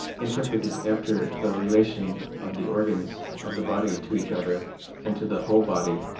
interpreted after the relation of the organs of the body to each other and to the whole body,